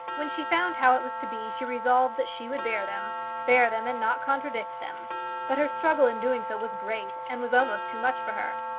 when she found how it was to be, she resolved that she would bear them bear them, and not contradict them but her struggle in doing so was great, and was almost too much for her.